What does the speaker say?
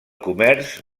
comerç